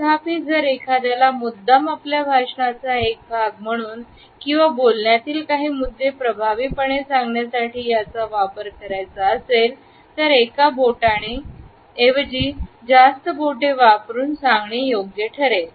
तथापि जर एखाद्याला मुद्दाम आपल्या भाषणाचा एक भाग म्हणून किंवा बोलण्यातील काही मुद्दे प्रभावीपणे सांगण्यासाठी याचा वापर करायचा असेल तर एका बोटाने ऐवजी जास्त बोटे वापरून सांगणे योग्य ठरेल